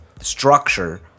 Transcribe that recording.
structure